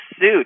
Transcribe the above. suit